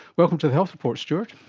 welcome to the health report, stuart.